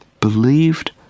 believed